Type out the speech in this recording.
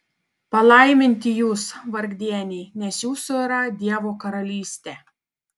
palaiminti jūs vargdieniai nes jūsų yra dievo karalystė